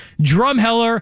drumheller